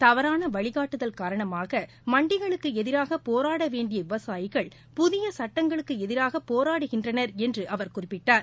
தவறான வழிகாட்டுதல் காரணமாக மண்டிகளுக்கு எதிராக போராட வேண்டிய விவசாயிகள் புதிய சட்டங்களுக்கு எதிராக போராடுகின்றனர் என்று அவர் குறிப்பிட்டார்